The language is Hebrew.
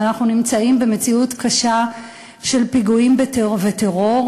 ואנחנו נמצאים במציאות קשה של פיגועים וטרור,